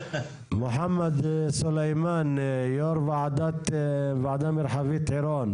מוחמד סולימאן, יו"ר ועדה מרחבית עירון.